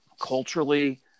culturally